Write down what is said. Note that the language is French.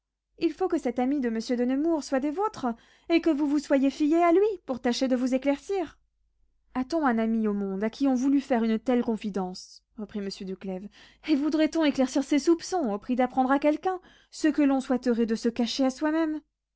il faut que cet ami de monsieur de nemours soit des vôtres et que vous vous soyez fié à lui pour tâcher de vous éclaircir a-t-on un ami au monde à qui on voulût faire une telle confidence reprit monsieur de clèves et voudrait on éclaircir ses soupçons au prix d'apprendre à quelqu'un ce que l'on souhaiterait de se cacher à soi-même